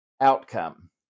outcome